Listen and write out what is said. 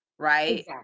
right